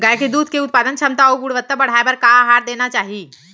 गाय के दूध के उत्पादन क्षमता अऊ गुणवत्ता बढ़ाये बर का आहार देना चाही?